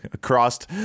Crossed